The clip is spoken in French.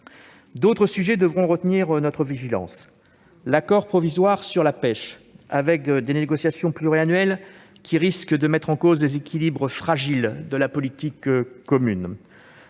D'autres sujets devront retenir notre vigilance comme l'accord provisoire sur la pêche, dont les négociations pluriannuelles risquent de remettre en cause les fragiles équilibres de la politique commune,